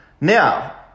Now